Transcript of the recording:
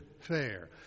Fair